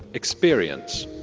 experience.